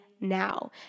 now